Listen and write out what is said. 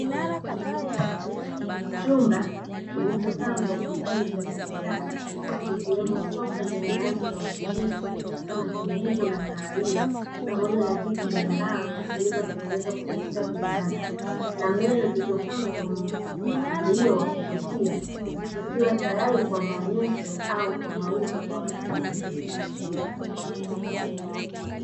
Chumba kilichopangwa kwa fanicha za kisasa zikiwemo sofa zenye rangi za utulivu kama kijivu na kahawia pamoja na vya mbao, vilivyotengenezwa kwa ustadi sana, na meza zilizopangwa kwa mpangilio wa kuvutia zikiwa tayari kwa maonyesho au kwa mauzo kwa wateja.